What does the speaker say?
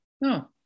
No